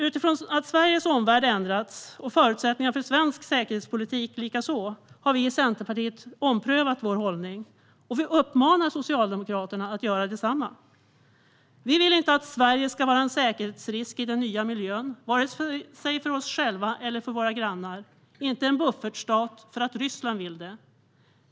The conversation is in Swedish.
Utifrån att Sveriges omvärld ändrats, och förutsättningarna för svensk säkerhetspolitik likaså, har vi i Centerpartiet omprövat vår hållning och vi uppmanar Socialdemokraterna att göra detsamma. Vi vill inte att Sverige ska vara en säkerhetsrisk i den nya miljön vare sig för oss själva eller för våra grannar och inte en buffertstat för att Ryssland vill det.